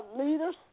leaders